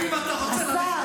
ואם אתה רוצה ללכת --- השר,